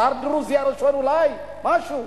השר הדרוזי הראשון אולי, משהו?